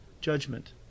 judgment